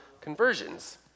conversions